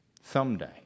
someday